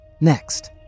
next